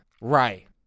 right